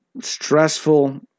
stressful